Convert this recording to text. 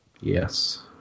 Yes